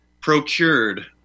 procured